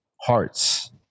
hearts